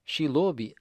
šį lobį